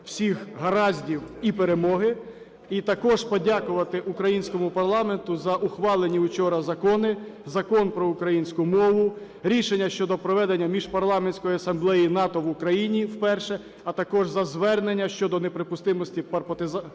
всіх гараздів і перемоги. І також подякувати українському парламенту за ухвалені учора закони: Закон про українську мову, рішення щодо проведення Міжпарламентської асамблеї НАТО в Україні вперше, а також за звернення щодо неприпустимості паспортизації